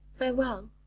farewell,